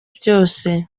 byose